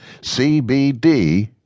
CBD